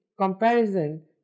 comparison